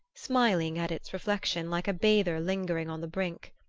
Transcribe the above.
smiling at its reflection like a bather lingering on the brink.